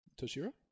Toshiro